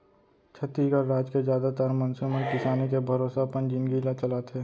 छत्तीसगढ़ राज के जादातर मनसे मन किसानी के भरोसा अपन जिनगी ल चलाथे